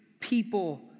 people